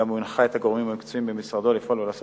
והוא גם הנחה את הגורמים המקצועיים במשרדו לפעול ולעשות